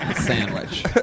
Sandwich